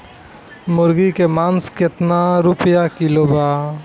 मुर्गी के मांस केतना रुपया किलो बा?